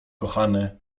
kochany